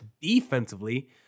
defensively